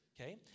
okay